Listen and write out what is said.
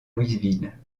louisville